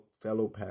fellow